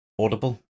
Audible